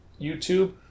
YouTube